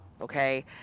okay